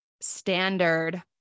standard